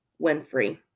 Winfrey